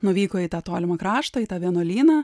nuvyko į tą tolimą kraštą į tą vienuolyną